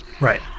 Right